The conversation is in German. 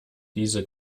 diese